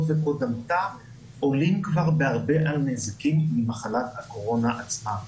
וקודמתה עולה כבר בהרבה על הנזקים ממחלת הקורונה עצמה.